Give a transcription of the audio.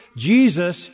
Jesus